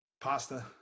Pasta